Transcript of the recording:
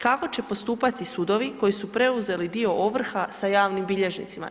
Kako će postupati sudovi koji su preuzeli dio ovrha sa javnim bilježnicima?